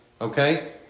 Okay